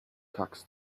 tax